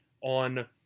on